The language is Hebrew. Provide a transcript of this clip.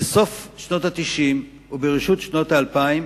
בסוף שנות ה-90 ובראשית שנות ה-2000,